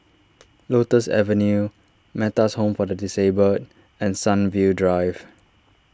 Lotus Avenue Metta's Home for the Disabled and Sunview Drive